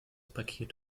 paket